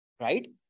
Right